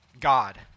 God